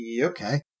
Okay